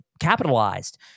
capitalized